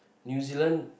New Zealand